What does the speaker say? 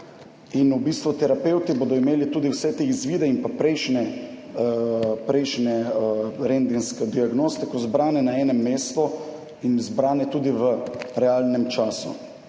in v bistvu terapevti bodo imeli tudi vse te izvide in pa prejšnje rentgensko diagnostiko zbrane na enem mestu in zbrane tudi v realnem času.